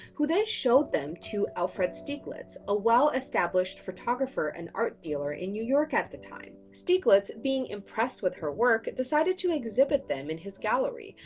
who then showed them to alfred stieglitz, a well established photographer and art dealer in new york at the time. stieglitz, being impressed with her work, decided to exhibit them in his gallery,